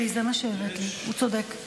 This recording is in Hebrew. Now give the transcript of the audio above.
הוא צודק.